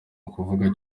ukuvuga